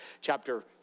chapter